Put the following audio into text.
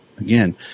Again